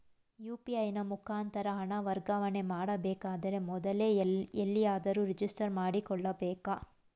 UPI ನ ಮುಖಾಂತರ ಹಣ ವರ್ಗಾವಣೆ ಮಾಡಬೇಕಾದರೆ ಮೊದಲೇ ಎಲ್ಲಿಯಾದರೂ ರಿಜಿಸ್ಟರ್ ಮಾಡಿಕೊಳ್ಳಬೇಕಾ?